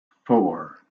four